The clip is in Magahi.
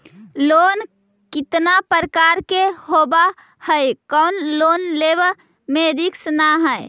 लोन कितना प्रकार के होबा है कोन लोन लेब में रिस्क न है?